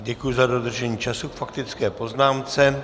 Děkuji za dodržení času k faktické poznámce.